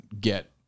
get